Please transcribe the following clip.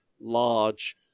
large